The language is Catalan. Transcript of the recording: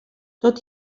tot